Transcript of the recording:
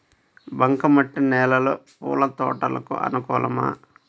బంక మట్టి నేలలో పూల తోటలకు అనుకూలమా?